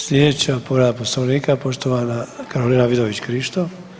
Sljedeća povreda poslovnika poštovana Karolina Vidović Krišto.